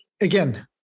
Again